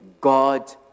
God